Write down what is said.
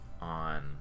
on